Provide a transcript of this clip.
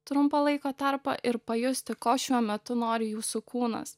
trumpą laiko tarpą ir pajusti ko šiuo metu nori jūsų kūnas